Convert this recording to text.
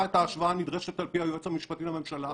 את ההשוואה הנדרשת על-פי היועץ המשפטי לממשלה.